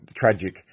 tragic